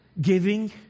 giving